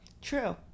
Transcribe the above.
True